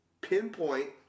pinpoint